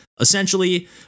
essentially